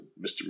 Mr